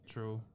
True